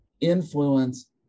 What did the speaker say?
influence